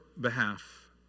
behalf